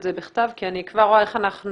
זה בכתב כי אני כבר רואה איך אנחנו,